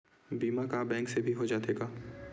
बीमा का बैंक से भी हो जाथे का?